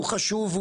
הוא חשוב,